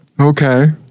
Okay